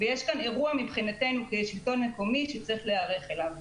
ויש כאן אירוע שהשלטון המקומי צריך להיערך לקראתו.